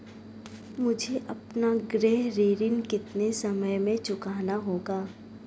मुझे अपना गृह ऋण कितने समय में चुकाना होगा?